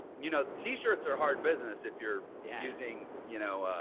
you know, t-shirts are hard business if you're using, you know,